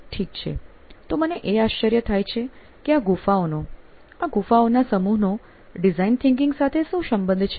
ઠીક છે તો મને એ આશ્ચર્ય થાય છે કે આ ગુફાઓનો આ ગુફાઓના સમૂહનો ડિઝાઇન થીંકીંગ સાથે શું સંબંધ છે